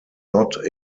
not